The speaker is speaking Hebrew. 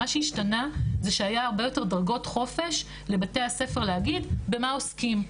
מה שישתנה זה שהיה הרבה יותר דרגות חופש לבתי הספר להגיד במה עוסקים,